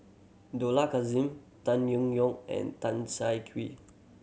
Dollah Kassim Tan Yong Yong and Tan Siah Kwee